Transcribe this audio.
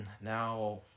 now